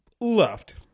left